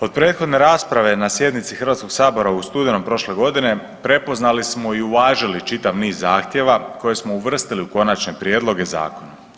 Od prethodne rasprave na sjednici Hrvatskog sabora u studenom prošle godine prepoznali smo i uvažili čitav niz zahtjeva koje smo uvrstili u konačne prijedloge zakona.